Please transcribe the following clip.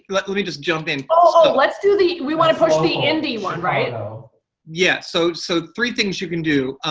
like let me just jump in. oh, let's do the, we want to push the indie one, right? yeah, so so three things you can do.